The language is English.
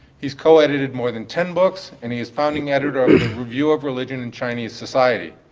he's co-edited more than ten books and he's founding editor of the review of religion in chinese society.